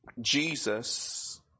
Jesus